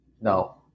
no